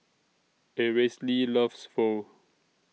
Aracely loves Pho